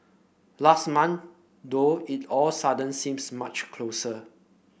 last month though it all suddenly seems much closer